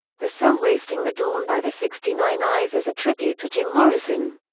the song wasting the dawn by the sixty nine eyes is a tribute to jim morrison.